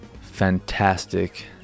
fantastic